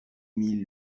mille